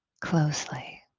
closely